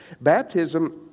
baptism